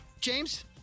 James